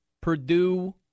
Purdue